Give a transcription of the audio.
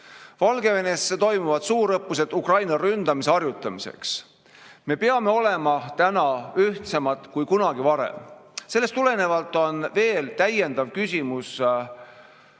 Valgevenes toimuvad suurõppused Ukraina ründamise harjutamiseks. Me peame olema ühtsemad kui kunagi varem. Sellest tulenevalt on täiendav küsimus